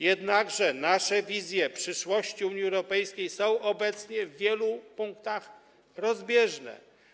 Jednakże nasze wizje przyszłości Unii Europejskiej są obecnie w wielu punktach rozbieżne.